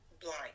blind